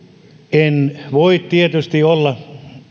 en voi tietysti olla